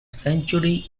century